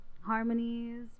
harmonies